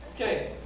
okay